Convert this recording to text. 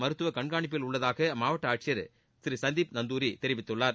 மருத்துவ கண்காணிப்பில் உள்ளதாக அம்மாவட்ட ஆட்சியர் திரு சந்தீப் நந்தூரி தெரிவித்துள்ளார்